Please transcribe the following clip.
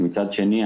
מצד שני,